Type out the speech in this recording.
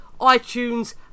iTunes